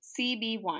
CB1